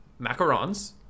macarons